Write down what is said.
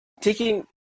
taking